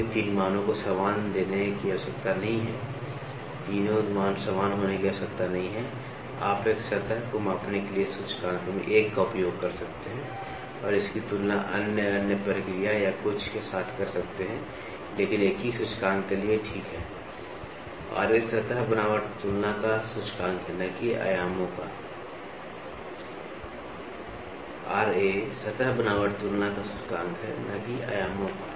सभी 3 मानों को समान देने की आवश्यकता नहीं है तीनों मान समान होने की आवश्यकता नहीं है आप एक सतह को मापने के लिए सूचकांक में एक का उपयोग कर सकते हैं और इसकी तुलना अन्य अन्य प्रक्रिया या कुछ के साथ कर सकते हैं लेकिन एक ही सूचकांक के लिए ठीक है Ra सतह बनावट तुलना का सूचकांक है न कि आयामों का